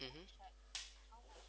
mmhmm